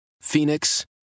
Phoenix